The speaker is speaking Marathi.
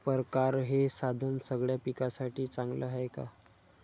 परकारं हे साधन सगळ्या पिकासाठी चांगलं हाये का?